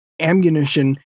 ammunition